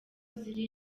ziri